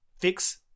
Fix